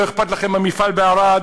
לא אכפת לכם המפעל בערד,